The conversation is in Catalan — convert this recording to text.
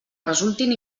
resultin